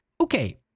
Okay